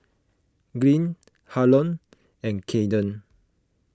Glynn Harlon and Cayden